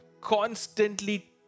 constantly